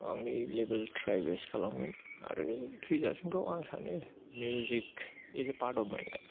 आंनि level try best खालामगोन आरो थैजासिमखौ आं सानो music is a part of my life